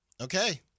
Okay